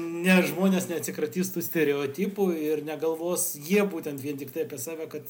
ne žmonės neatsikratys tų stereotipų ir negalvos jie būtent vien tiktai apie save kad